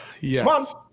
Yes